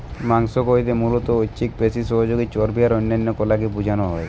মাংস কইতে মুলত ঐছিক পেশি, সহযোগী চর্বী আর অন্যান্য কলাকে বুঝানা হয়